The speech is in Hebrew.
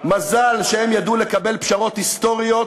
מזל שהם ידעו לקבל פשרות היסטוריות